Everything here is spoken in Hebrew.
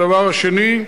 הדבר השני,